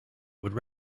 would